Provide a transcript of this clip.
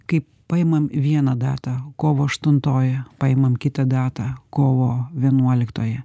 kaip paimam vieną datą kovo aštuntoji paimam kitą datą kovo vienuoliktoji